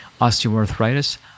osteoarthritis